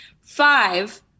Five